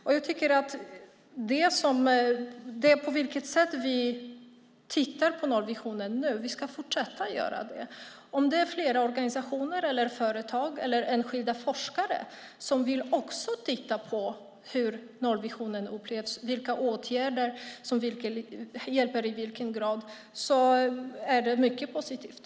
Vi ska fortsätta titta på nollvisionen på det sätt som vi gör. Om organisationer, företag eller enskilda forskare också vill titta på nollvisionen och i vilken grad olika åtgärder hjälper är det mycket positivt.